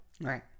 Right